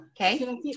okay